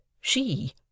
she